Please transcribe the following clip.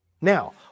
now